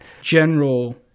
general